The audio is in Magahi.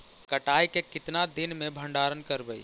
कटाई के कितना दिन मे भंडारन करबय?